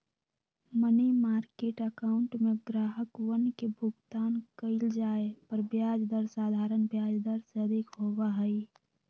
money market account में ग्राहकवन के भुगतान कइल जाये पर ब्याज दर साधारण ब्याज दर से अधिक होबा हई